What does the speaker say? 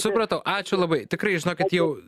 supratau ačiū labai tikrai žinokit jau